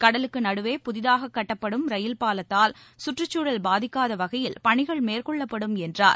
கடலுக்கு நடுவே புதிதாகக் கட்டப்படும் ரயில் பாலத்தால் சுற்றுச்சூழல் பாதிக்காத வகையில் பணிகள் மேற்கொள்ளப்படும் என்றார்